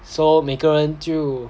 so 每个人就